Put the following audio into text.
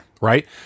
Right